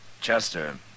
Chester